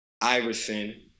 Iverson